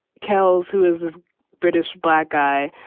kelze, who is british black guy,